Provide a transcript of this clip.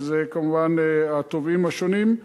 שזה כמובן התובעים השונים,